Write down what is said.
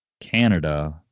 Canada